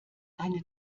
eine